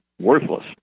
worthless